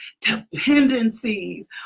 dependencies